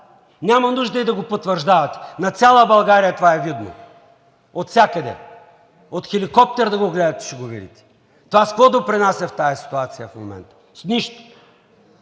Няма нужда и да го потвърждавате. На цяла България това е видно – отвсякъде, от хеликоптер да го гледате, ще го видите. Това с какво допринася в тази ситуация в момента? С нищо!